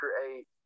create